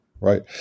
right